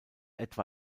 etwa